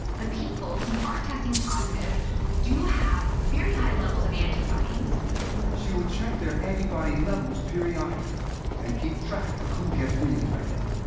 the people who are testing positive do have very high levels of antibodies. narrator she will check their antibody levels periodically and keep track of who gets reinfected.